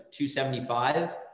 275